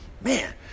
Man